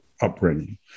upbringing